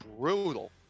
brutal